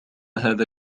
هذا